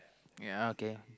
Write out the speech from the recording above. ya okay